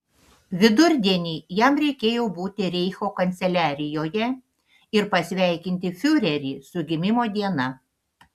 vidurdienį jam reikėjo būti reicho kanceliarijoje ir pasveikinti fiurerį su gimimo diena